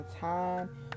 time